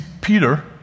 Peter